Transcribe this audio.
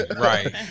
Right